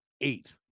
eight